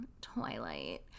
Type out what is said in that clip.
Twilight